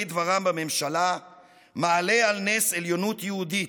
דברם בממשלה מעלה על נס עליונות יהודית,